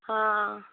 ହଁ